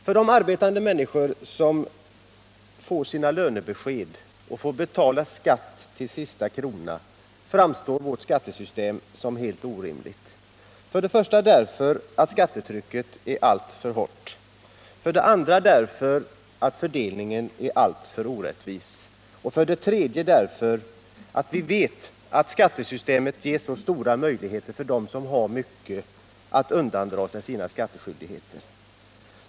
För de arbetande människor som får sina lönebesked och som får betala skatt till sista kronan framstår vårt skattesystem som helt orimligt för det första därför att skattetrycket är alltför hårt, för det andra därför att fördelningen är alltför orättvis och för det tredje därför att de vet att skattesystemet ger så stora möjligheter för dem som har mycket att undandra sig sina skatteskyldigheter.